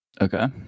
Okay